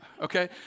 Okay